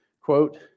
quote